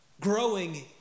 growing